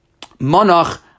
Monach